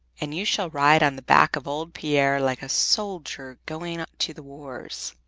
and you shall ride on the back of old pier like a soldier going to the wars!